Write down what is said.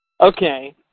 Okay